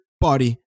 body